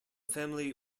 family